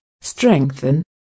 strengthen